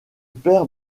père